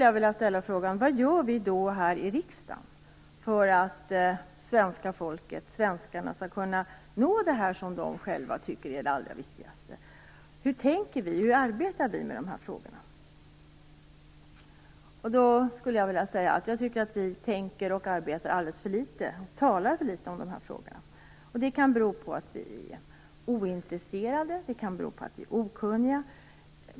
Jag vill då ställa frågan: Vad gör vi här i riksdagen för att svenskarna skall kunna nå detta som de själva tycker är det allra viktigaste? Hur tänker vi och hur arbetar vi med de här frågorna? Jag tycker att vi tänker och arbetar för litet med och talar för litet om de här frågorna. Det kan bero på att vi är ointresserade eller okunniga.